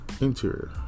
Interior